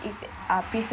is uh